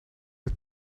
het